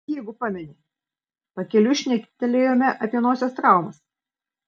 jeigu pameni pakeliui šnektelėjome apie nosies traumas